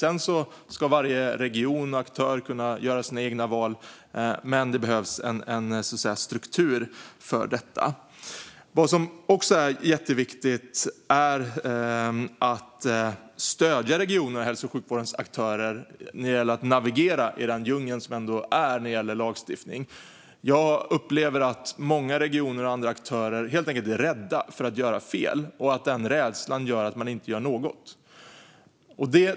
Sedan ska varje region och aktör kunna göra sina egna val, men det behövs en struktur för detta. Vad som också är jätteviktigt är att stödja regionerna och hälso och sjukvårdens aktörer när det gäller att navigera i den djungel det ändå är när det gäller lagstiftning. Jag upplever att många regioner och andra aktörer helt enkelt är rädda för att göra fel och att denna rädsla gör att de inte gör något.